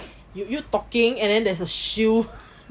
you you talking and then there's a shield